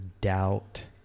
doubt